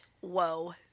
Whoa